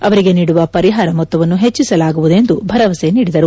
ಅವರಿಗೆ ನೀಡುವ ಪರಿಹಾರ ಮೊತ್ತವನ್ನು ಹೆಚ್ಚಿಸಲಾಗುವುದು ಎಂದು ಭರವಸೆ ನೀಡಿದರು